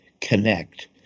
connect